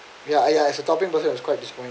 ya ya it's a topping but it was quite disappointing